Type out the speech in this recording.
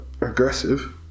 aggressive